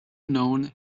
known